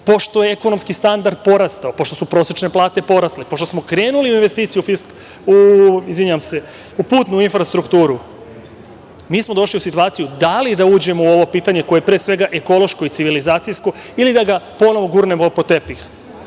pošto je ekonomski standard porastao, pošto su prosečne plate porasle, pošto smo krenuli u putnu infrastrukturu, mi smo došli u situaciju da li da uđemo u ovo pitanje, koje je pre svega ekološko i civilizacijsko, ili da ga ponovo gurnemo pod tepih